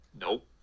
Nope